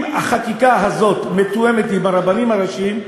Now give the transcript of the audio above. אם החקיקה הזאת מתואמת עם הרבנים הראשיים,